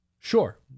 Sure